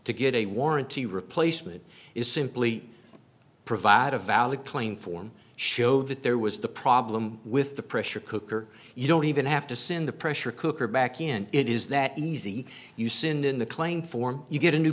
to get a warranty replacement is simply provide a valid claim form show that there was the problem with the pressure cooker you don't even have to send the pressure cooker back in it is that easy you send in the claim form you get a new